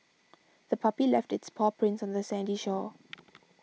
the puppy left its paw prints on the sandy shore